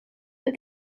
but